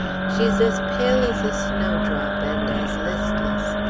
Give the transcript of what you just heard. she's as pale as a snow-drop and as listless.